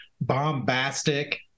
bombastic